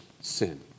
sin